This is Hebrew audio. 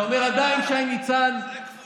אתה אומר שעדיין שי ניצן, זאת קבוצה.